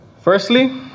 firstly